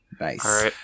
Nice